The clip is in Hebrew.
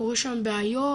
קורה שם בעיות,